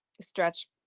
stretch